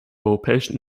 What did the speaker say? europäischen